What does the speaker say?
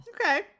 Okay